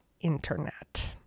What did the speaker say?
internet